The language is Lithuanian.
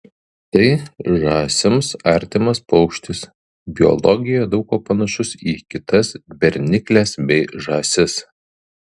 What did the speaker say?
tai žąsims artimas paukštis biologija daug kuo panašus į kitas bernikles bei žąsis